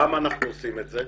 למה אנחנו עושים את זה?